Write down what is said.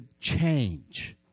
change